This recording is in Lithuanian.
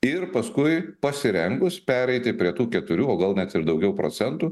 ir paskui pasirengus pereiti prie tų keturių o gal net ir daugiau procentų